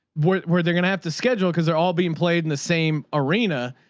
where where they're going to have to schedule, cause they're all being played in the same arena.